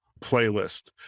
playlist